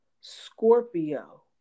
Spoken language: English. scorpio